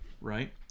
right